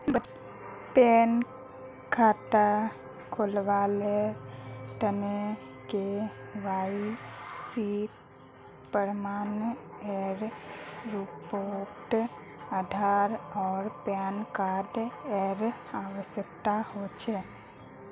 बचत खता खोलावार तने के.वाइ.सी प्रमाण एर रूपोत आधार आर पैन कार्ड एर आवश्यकता होचे